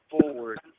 forward –